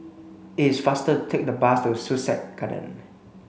it's faster take the bus to Sussex Garden